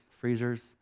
freezers